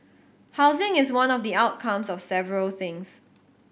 housing is one of the outcomes of several things